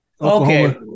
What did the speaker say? Okay